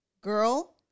girl